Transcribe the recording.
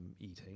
Eating